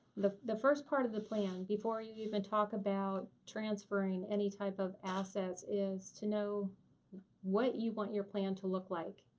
the the first part of the plan, before you even talk about transferring any type of assets is to know what you want your plan to look like.